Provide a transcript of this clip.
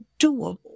doable